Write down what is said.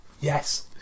yes